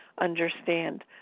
understand